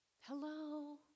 Hello